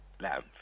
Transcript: lamp